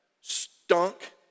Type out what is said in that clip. Stunk